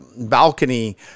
balcony